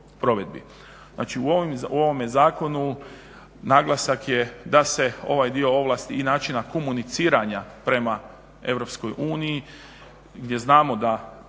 u ovom zakonu naglasak je da se ovaj dio ovlasti i načina komuniciranja prema Europskoj uniji gdje